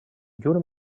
llur